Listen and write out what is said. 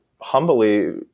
humbly